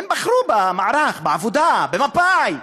הם בחרו במערך, בעבודה, במפא"י.